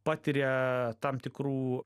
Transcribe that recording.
patiria tam tikrų